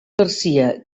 garcia